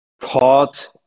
caught